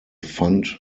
fund